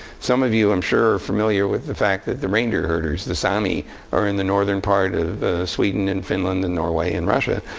some of you, i'm sure, are familiar with the fact that the reindeer herders, the sami are in the northern part of sweden, and finland, and norway, and russia.